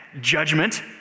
judgment